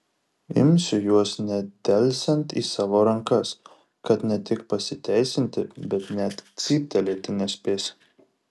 imsiu juos nedelsiant į savo rankas kad ne tik pasiteisinti bet net cyptelėti nespės